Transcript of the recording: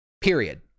period